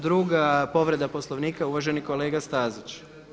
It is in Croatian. Druga povreda Poslovnika je uvaženi kolega Stazić.